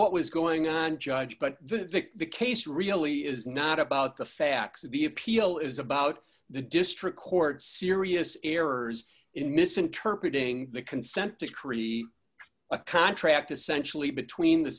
what was going on judge but vic the case really is not about the facts of the appeal is about the district court serious errors in misinterpreting the consent decree a contract essentially between the